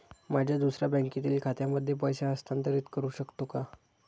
माझ्या दुसऱ्या बँकेतील खात्यामध्ये पैसे हस्तांतरित करू शकतो का?